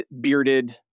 bearded